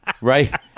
right